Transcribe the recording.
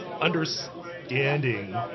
understanding